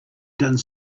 done